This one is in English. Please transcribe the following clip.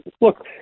look